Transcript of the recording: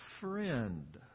friend